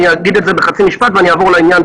אגיד את זה בחצי משפט ואעבור לעניין,